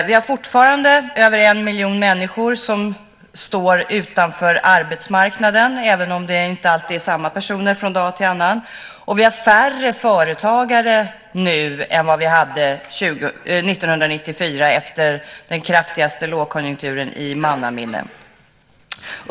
Vi har fortfarande över en miljon människor som står utanför arbetsmarknaden, även om det inte alltid är samma personer från dag till annan, och vi har färre företagare nu än vad vi hade 1994 efter den kraftigaste lågkonjunkturen i mannaminne.